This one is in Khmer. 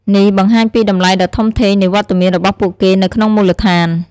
នេះបង្ហាញពីតម្លៃដ៏ធំធេងនៃវត្តមានរបស់ពួកគេនៅក្នុងមូលដ្ឋាន។